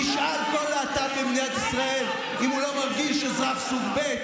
תשאל כל להט"ב במדינת ישראל אם הוא לא מרגיש אזרח סוג ב'